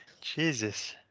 Jesus